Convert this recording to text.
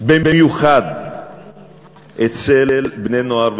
במיוחד אצל בני-נוער וילדים.